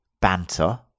banter